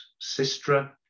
Sistra